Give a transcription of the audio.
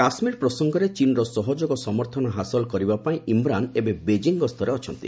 କାଶ୍ମୀର ପ୍ରସଙ୍ଗରେ ଚୀନର ସହଯୋଗ ସମର୍ଥନ ହାସଲ କରିବା ପାଇଁ ଇମ୍ରାନ ଏବେ ବେଙ୍ଗିଂ ଗସ୍ତରେ ଅଛନ୍ତି